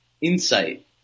insight